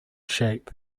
shape